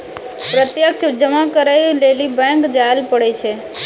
प्रत्यक्ष जमा करै लेली बैंक जायल पड़ै छै